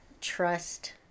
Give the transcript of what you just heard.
trust